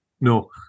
No